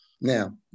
Now